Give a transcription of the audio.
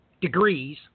degrees